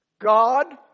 God